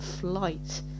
Flight